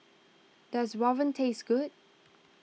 does Rawon taste good